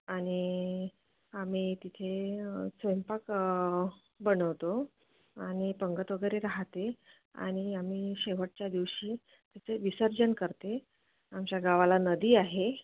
आणि आम्ही तिथे स्वयंपाक बनवतो आणि पंगत वगैरे राहते आणि आम्ही शेवटच्या दिवशी तिचे विसर्जन करते आमच्या गावाला नदी आहे